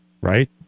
Right